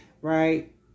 right